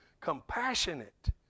Compassionate